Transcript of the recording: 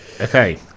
Okay